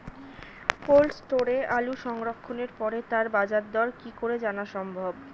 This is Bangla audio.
কোল্ড স্টোরে আলু সংরক্ষণের পরে তার বাজারদর কি করে জানা সম্ভব?